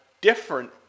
different